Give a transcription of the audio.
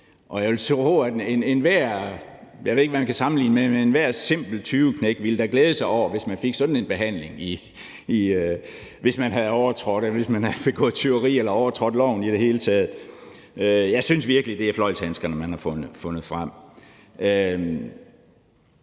jeg vil tro, at enhver simpel tyveknægt da ville glæde sig over, hvis man fik sådan en behandling, hvis man havde begået tyveri eller overtrådt loven i det hele taget. Jeg synes virkelig, det er fløjlshandskerne, man har fundet frem.